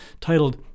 titled